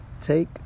Take